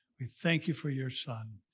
we thank you for your son.